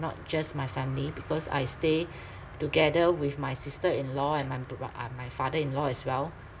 not just my family because I stay together with my sister in-law and my br~ uh my father in-law as well